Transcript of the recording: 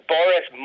Boris